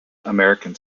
american